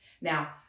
Now